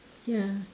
ya